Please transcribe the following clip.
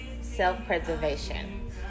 self-preservation